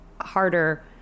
harder